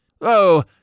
Oh